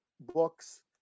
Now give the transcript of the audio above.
books